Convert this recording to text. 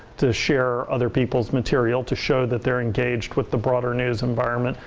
to share other people's material, to show that they're engaged with the broader news environment.